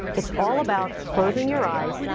it's all about closing your eyes,